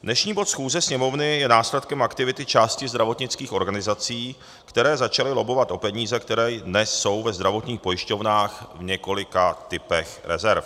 Dnešní bod schůze Sněmovny je následkem aktivity části zdravotnických organizací, které začaly lobbovat o peníze, které dnes jsou ve zdravotních pojišťovnách v několika typech rezerv.